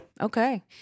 okay